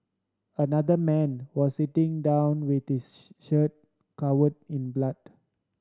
another man was sitting down with his shirt covered in blood